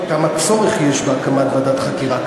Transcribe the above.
אני בטוח שאחרי שתשמע אתה תראה כמה צורך יש בהקמת ועדת חקירה כזאת.